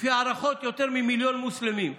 לפי הערכות, יותר ממיליון מוסלמים,